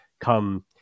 come